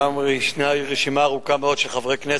ישנה רשימה ארוכה מאוד של חברי כנסת,